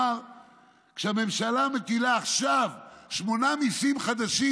הוא אמר שהממשלה מטילה עכשיו שמונה מיסים חדשים.